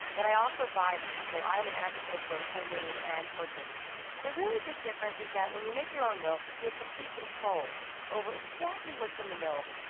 but i also buy them. so i am an advocate of both homemade and purchased the really big difference is that when you make your own milks, you have complete control over exactly what's in the milk.